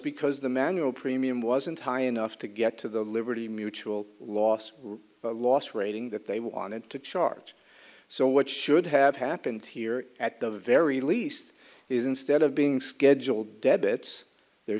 because the manual premium wasn't high enough to get to the liberty mutual loss loss rating that they wanted to charge so what should have happened here at the very least is instead of being scheduled debits there